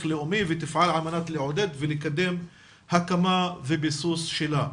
לאומי ותפעל על מנת לעודד ולקדם הקמה וביסוס שלה".